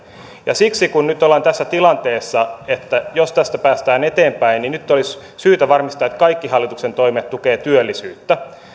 ja siksi kun nyt ollaan tässä tilanteessa että jos tästä päästään eteenpäin niin nyt olisi syytä varmistaa että kaikki hallituksen toimet tukevat työllisyyttä